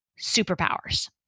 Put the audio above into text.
superpowers